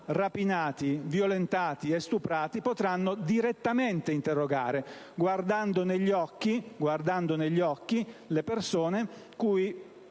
rapinate, violentate e stuprate potranno direttamente interrogare, guardando negli occhi le persone cui